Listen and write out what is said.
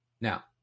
now